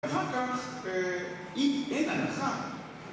אחר כך אה.אי. אין הנחה